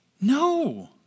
No